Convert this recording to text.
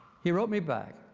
he wrote me back